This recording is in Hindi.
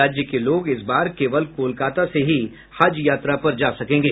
राज्य के लोग इस बार केवल कोलकाता से ही हज यात्रा पर जा सकेंगे